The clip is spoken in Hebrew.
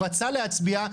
הוא רצה להצביע,